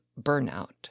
burnout